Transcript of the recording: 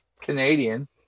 Canadian